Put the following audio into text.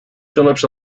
phillips